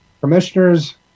Commissioners